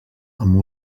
amb